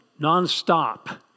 nonstop